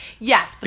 Yes